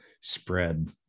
spread